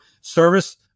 service